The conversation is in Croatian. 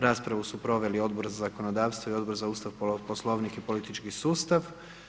Raspravu su proveli Odbor za zakonodavstvo i Odbor za Ustav, Poslovnik i politički sustav.